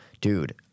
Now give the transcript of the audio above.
Dude